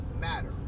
matter